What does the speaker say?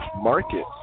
market